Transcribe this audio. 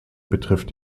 betrifft